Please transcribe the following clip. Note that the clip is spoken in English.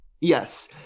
yes